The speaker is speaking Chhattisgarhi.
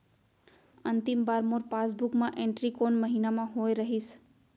अंतिम बार मोर पासबुक मा एंट्री कोन महीना म होय रहिस?